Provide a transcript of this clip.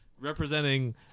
Representing